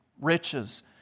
riches